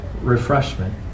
refreshment